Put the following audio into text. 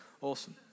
awesome